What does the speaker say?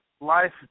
life